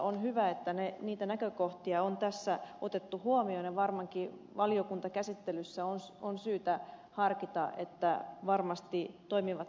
on hyvä että niitä näkökohtia on tässä otettu huomioon ja varmaankin valiokuntakäsittelyssä on syytä harkita että ne varmasti toimivat tarkoituksenmukaisella tavalla